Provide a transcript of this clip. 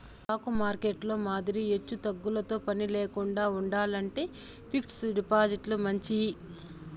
stock మార్కెట్టులో మాదిరి ఎచ్చుతగ్గులతో పనిలేకండా ఉండాలంటే ఫిక్స్డ్ డిపాజిట్లు మంచియి